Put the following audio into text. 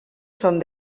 són